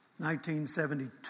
1972